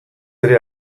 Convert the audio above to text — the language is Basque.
ere